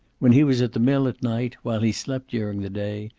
when he was at the mill at night, while he slept during the day,